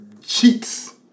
Cheeks